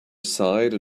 aside